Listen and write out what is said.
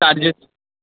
charges